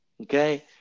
okay